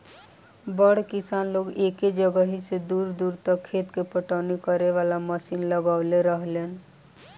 बड़ किसान लोग एके जगहिया से दूर दूर तक खेत के पटवनी करे वाला मशीन लगवले रहेलन